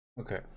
Okay